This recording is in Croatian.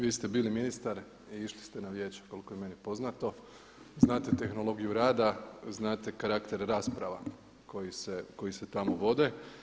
Vi ste bili ministar i išli ste na vijeća koliko je meni poznato, znate tehnologiju rada, znate karakter rasprava koji se tamo vode.